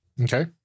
Okay